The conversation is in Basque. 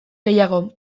gehiago